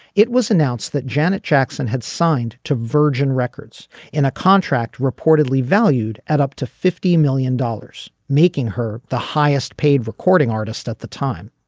it was announced that janet jackson had signed to virgin records in a contract reportedly valued at up to fifty million dollars making her the highest paid recording artist at the time.